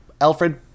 Alfred